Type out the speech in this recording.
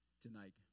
tonight